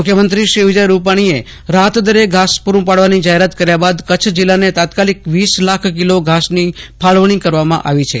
મુખ્યમંત્રી શ્રી વિજય રૂપાણીએ રાહતદેરે ઘાસ પુરૂ પાડવાની જાહેરાત કર્યા બાદ કચ્છ જિલ્લાને તાત્કાલીક વીસી લાખ કિલોની ઘાસની કાળવણી કરવામાં આવી છે